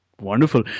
Wonderful